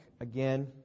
again